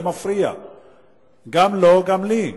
זה מפריע גם לו, גם לי.